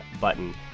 button